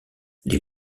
les